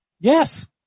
yes